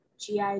GI